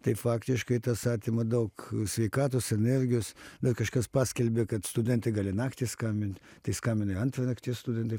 tai faktiškai tas atima daug sveikatos energijos dar kažkas paskelbė kad studentai gali naktį skambint tai skambina i antrą nakties studentai